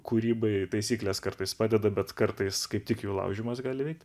kūrybai taisyklės kartais padeda bet kartais kaip tik jų laužymas gali eit